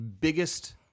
biggest